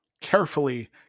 Carefully